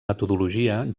metodologia